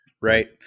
right